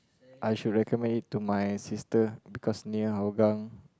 I should recommend it to my sister because near Hougang